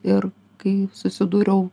ir kai susidūriau